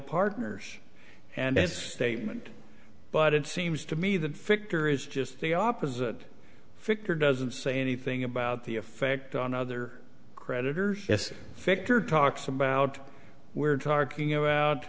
partners and statement but it seems to me the victor is just the opposite fichter doesn't say anything about the effect on other creditors fichter talks about we're talking about